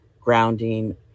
grounding